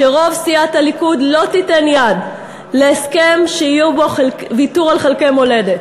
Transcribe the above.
שרוב סיעת הליכוד לא תיתן יד להסכם שיהיה בו ויתור על חלקי מולדת.